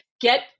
get